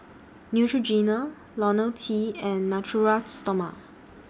Neutrogena Ionil T and Natura Stoma